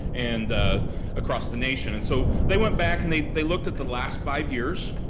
and across the nation. and so they went back and they they looked at the last five years.